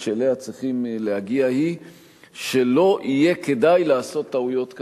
שאליה צריכים להגיע היא שלא יהיה כדאי לעשות טעויות כאלה,